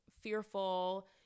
fearful